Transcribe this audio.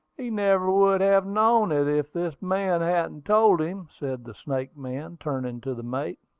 he never would have known it if this man hadn't told him, said the snake-man, turning to the mate.